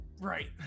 right